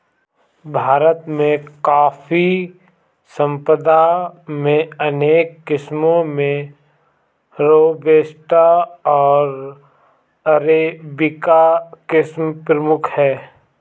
भारत में कॉफ़ी संपदा में अनेक किस्मो में रोबस्टा ओर अरेबिका किस्म प्रमुख है